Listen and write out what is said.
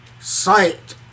sight